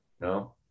No